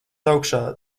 augšā